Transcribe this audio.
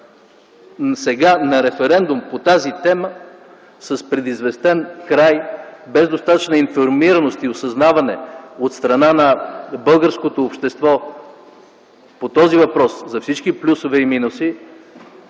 сега на референдум по тази тема с предизвестен край, без достатъчна информираност и осъзнаване от страна на българското общество по този въпрос за всички плюсове и минуси,